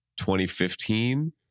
2015